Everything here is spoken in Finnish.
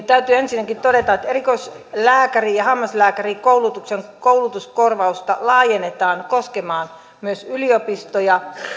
täytyy ensinnäkin todeta että erikoislääkäri ja hammaslääkärikoulutuksen koulutuskorvausta laajennetaan koskemaan myös yliopistoja